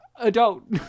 Adult